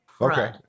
Okay